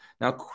now